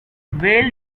vail